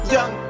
Young